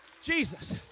Jesus